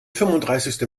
fünfunddreißigste